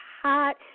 hot